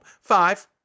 five